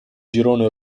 girone